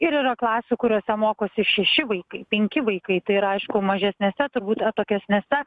ir yra klasių kuriose mokosi šeši vaikai penki vaikai tai yra aišku mažesnėse turbūt atokesnėse